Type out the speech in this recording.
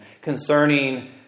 concerning